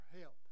help